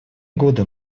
годы